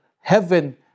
heaven